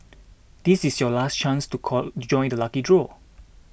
this is your last chance to core join the lucky draw